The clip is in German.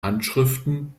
handschriften